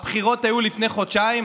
הבחירות היו לפני חודשיים,